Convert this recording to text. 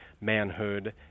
manhood